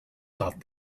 thought